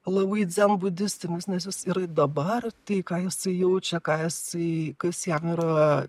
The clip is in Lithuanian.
labai dzenbudistinis nes jis ir dabar tai ką jisai jaučia ką jisai kas jam yra